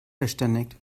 verständigt